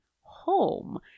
home